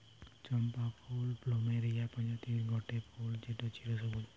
চম্পা ফুল প্লুমেরিয়া প্রজাতির গটে ফুল যেটা চিরসবুজ